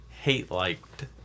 hate-liked